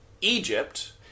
Egypt